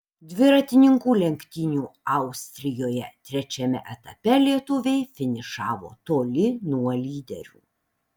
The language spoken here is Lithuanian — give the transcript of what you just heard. dviratininkų lenktynių austrijoje trečiame etape lietuviai finišavo toli nuo lyderių